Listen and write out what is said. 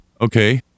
Okay